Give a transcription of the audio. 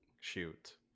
shoot